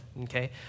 Okay